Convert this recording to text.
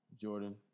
Jordan